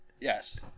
Yes